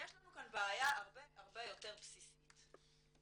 יש לנו כאן בעיה הרבה הרבה יותר בסיסית והיא